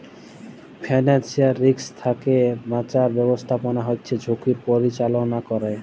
financial risk থ্যাকে বাঁচার ব্যাবস্থাপনা হচ্যে ঝুঁকির পরিচাললা ক্যরে